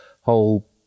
whole